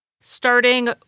Starting